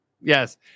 yes